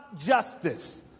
justice